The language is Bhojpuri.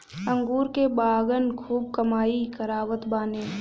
अंगूर के बगान खूब कमाई करावत बाने